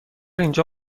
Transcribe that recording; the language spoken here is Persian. اینجا